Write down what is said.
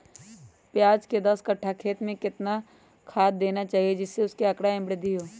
प्याज के दस कठ्ठा खेत में कितना खाद देना चाहिए जिससे उसके आंकड़ा में वृद्धि हो?